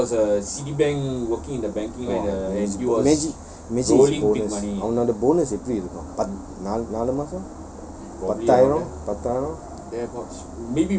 !wah! imagine imagine his bonus அவனோட:awanoda bonus எப்படி இருக்கும்:eppdi irukum